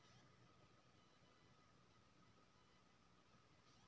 हम अपन पैसा एन.बी.एफ.सी म फिक्स के सके छियै की?